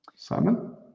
Simon